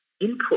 input